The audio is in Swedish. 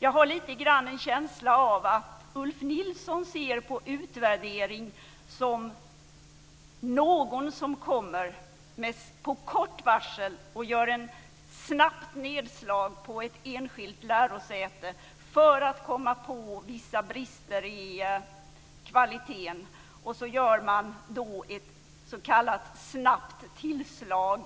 Jag har lite grann en känsla av att Ulf Nilsson ser på utvärdering som att någon kommer och på kort varsel gör ett snabbt nedslag på ett enskilt lärosäte för att komma på vissa brister i kvaliteten. Sedan gör man ett s.k. snabbt tillslag